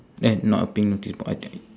eh not a pink notice board I think